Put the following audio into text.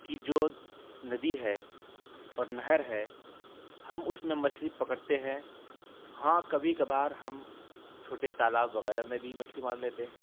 کی جو ندی ہے اور نہر ہے ہم اس میں مچھلی پکڑتے ہیں ہاں کبھی کبھار ہم چھوٹے تالاب وغیرہ میں بھی مچھلی مار لیتے ہیں